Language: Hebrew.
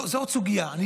זאת עוד סוגיה.